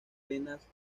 venas